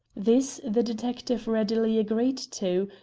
this the detective readily agreed to,